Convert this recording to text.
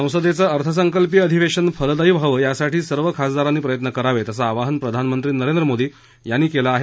संसदेचं अर्थसंकल्पीय अधिवेशन फलदायी व्हावं यासाठी सर्व खासदारांनी प्रयत्न करावे असं आवाहन प्रधानमंत्री नरेंद्र मोदी यांनी केलं आहे